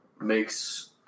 makes